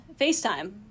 FaceTime